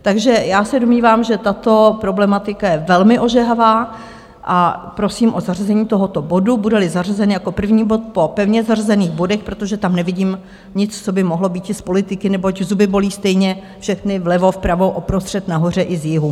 Takže já se domnívám, že tato problematika je velmi ožehavá a prosím o zařazení tohoto bodu, budeli zařazen jako první bod po pevně zařazených bodech, protože tam nevidím nic, co by mohlo být z politiky, neboť zuby bolí stejně všechny vlevo, vpravo, uprostřed, nahoře i z jihu.